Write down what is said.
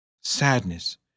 Sadness